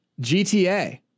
GTA